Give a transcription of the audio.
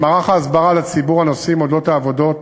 מערך ההסברה לציבור הנוסעים על העבודות,